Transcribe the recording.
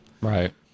Right